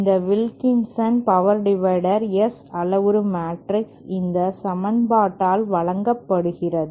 இந்த Wilkinson power டிவைடரின் S அளவுரு மேட்ரிக்ஸ் இந்த சமன்பாட்டால் வழங்கப்படுகிறது